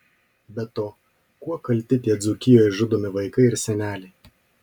be to kuo kalti tie dzūkijoje žudomi vaikai ir seneliai